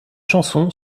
chanson